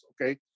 okay